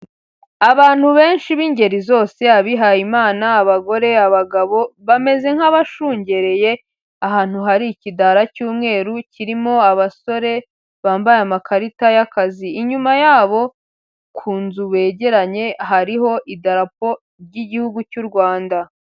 Abantu benshi b'ingeri zose, abihaye Imana abagore, abagabo, bameze nk'abashungereye ahantu hari ikidara cy'umweru kirimo abasore bambaye amakarita y'akazi, inyuma yabo ku nzu begeranye hariho idarapo ry'Igihugu cy'u Rwanda.